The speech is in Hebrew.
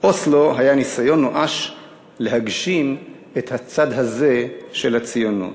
"אוסלו" היה ניסיון נואש להגשים את הצד הזה של הציונות.